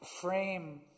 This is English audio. frame